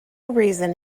reason